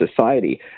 society